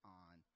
on